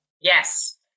yes